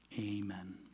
Amen